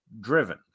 driven